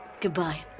Goodbye